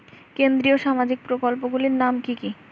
কেন্দ্রীয় সামাজিক প্রকল্পগুলি নাম কি কি?